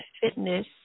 fitness